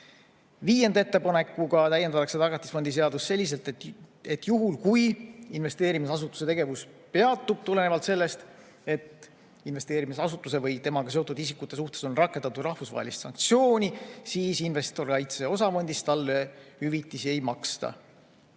Viienda ettepanekuga täiendatakse Tagatisfondi seadust selliselt, et juhul kui investeerimisasutuse tegevus peatub tulenevalt sellest, et investeerimisasutuse või temaga seotud isikute suhtes on rakendatud rahvusvahelist sanktsiooni, siis investorikaitse osafondist talle hüvitisi ei maksta.